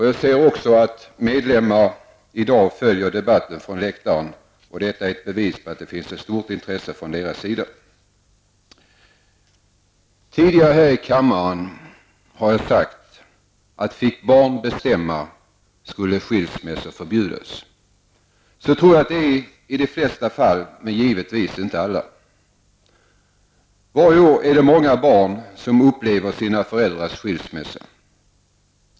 Jag ser att medlemmar från föreningen i dag följer debatten från läktaren. Det är ett bevis på att det finns ett stort intresse för denna fråga från deras sida. Jag har tidigare här i kammaren sagt att om barn fick bestämma, så skulle skilsmässor förbjudas. Så tror jag att det är i de flesta fall, men givetvis inte i alla. Varje år är det många barn som upplever sina föräldrars skilsmässa.